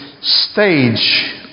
stage